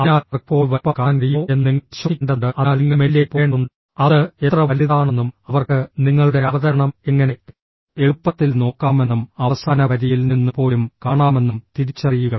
അതിനാൽ അവർക്ക് ഫോണ്ട് വലുപ്പം കാണാൻ കഴിയുമോ എന്ന് നിങ്ങൾ പരിശോധിക്കേണ്ടതുണ്ട് അതിനാൽ നിങ്ങൾ മെനുവിലേക്ക് പോകേണ്ടതുണ്ട് അത് എത്ര വലുതാണെന്നും അവർക്ക് നിങ്ങളുടെ അവതരണം എങ്ങനെ എളുപ്പത്തിൽ നോക്കാമെന്നും അവസാന വരിയിൽ നിന്ന് പോലും കാണാമെന്നും തിരിച്ചറിയുക